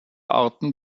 arten